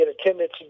attendance